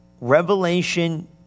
revelation